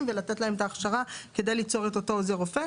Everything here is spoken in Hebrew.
ולתת להם את ההכשרה כדי ליצור את אותו עוזר רופא.